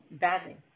badly